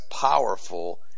powerful